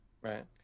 Right